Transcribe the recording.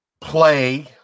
play